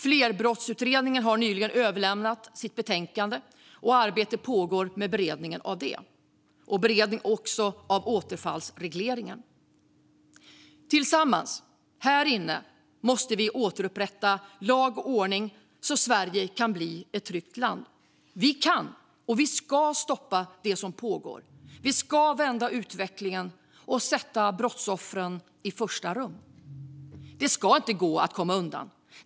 Flerbrottsutredningen har nyligen överlämnat sitt betänkande, och arbete pågår med beredning av det. Beredning pågår också av återfallsregleringar. Tillsammans, här i kammaren, måste vi återupprätta lag och ordning så att Sverige kan bli ett tryggt land. Vi kan, och vi ska, stoppa det som pågår. Vi ska vända utvecklingen och sätta brottsoffren i första rummet. Det ska inte gå att komma undan.